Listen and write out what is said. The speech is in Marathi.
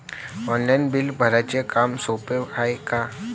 ऑनलाईन बिल भराच काम सोपं हाय का?